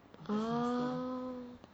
oh